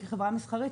כחברה מסחרית,